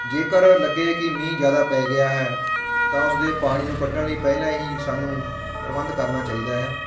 ਜੇਕਰ ਲੱਗੇ ਕਿ ਮੀਂਹ ਜ਼ਿਆਦਾ ਪੈ ਗਿਆ ਹੈ ਤਾਂ ਉਸਦੇ ਪਾਣੀ ਨੂੰ ਕੱਢਣ ਲਈ ਪਹਿਲਾਂ ਹੀ ਸਾਨੂੰ ਪ੍ਰਬੰਧ ਕਰਨਾ ਚਾਹੀਦਾ ਹੈ